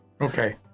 okay